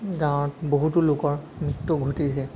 গাঁৱত বহুতো লোকৰ মৃত্যু ঘটিছে